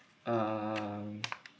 um